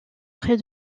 près